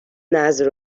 نذر